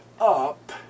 up